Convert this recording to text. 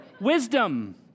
wisdom